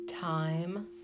Time